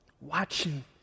watching